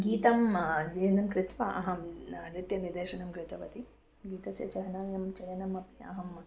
गीतं अध्ययनं कृत्वा अहं न नृत्यनिदर्शनं कृतवती गीतस्य चयनं चयनमपि अहं